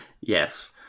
Yes